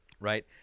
right